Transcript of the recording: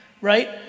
right